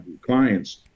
clients